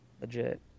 Legit